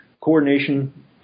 coordination